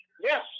Yes